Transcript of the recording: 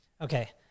Okay